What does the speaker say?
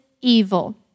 evil